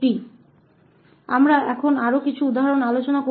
तो अब हम कुछ और उदाहरणों पर चर्चा करेंगे